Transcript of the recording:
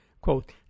Quote